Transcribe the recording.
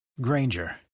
Granger